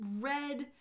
red